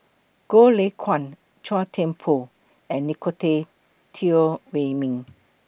Goh Lay Kuan Chua Thian Poh and Nicolette Teo Wei Min